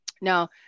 Now